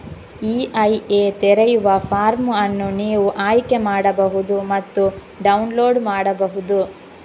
EIA ತೆರೆಯುವ form ಅನ್ನು ನೀವು ಆಯ್ಕೆ ಮಾಡಬಹುದು ಮತ್ತು ಡೌನ್ಲೋಡ್ ಮಾಡಬಹುದು